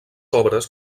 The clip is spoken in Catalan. obres